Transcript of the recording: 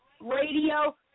radio